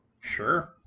Sure